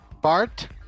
Bart